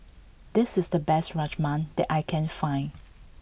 this is the best Rajma that I can find